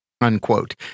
unquote